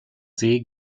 see